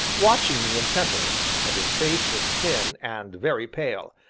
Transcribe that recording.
watching me intently and his face was thin, and very pale,